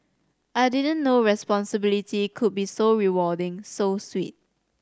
I didn't know responsibility could be so rewarding so sweet